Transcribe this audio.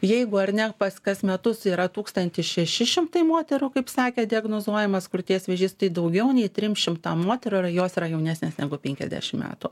jeigu ar ne pas kas metus yra tūkstantis šeši šimtai moterų kaip sakė diagnozuojamas krūties vėžys tai daugiau nei trim šimtam moterų yra jos yra jaunesnės negu penkiasdešim metų